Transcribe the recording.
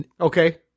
Okay